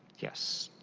yes.